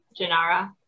Janara